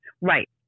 Right